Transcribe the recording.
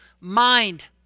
mind